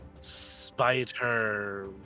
spider